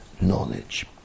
knowledge